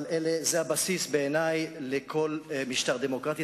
בעיני זה הבסיס לכל משטר דמוקרטי,